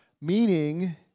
meaning